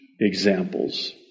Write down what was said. examples